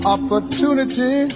Opportunity